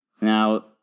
Now